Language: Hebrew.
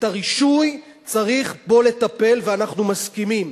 הרישוי, צריך בו לטפל ואנחנו מסכימים.